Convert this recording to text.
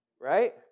right